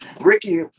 Ricky